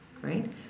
right